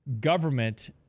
government